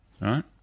right